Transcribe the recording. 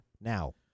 now